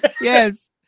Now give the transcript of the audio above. Yes